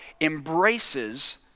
embraces